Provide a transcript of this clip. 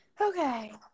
Okay